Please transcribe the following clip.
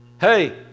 Hey